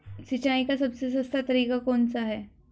सिंचाई का सबसे सस्ता तरीका कौन सा है?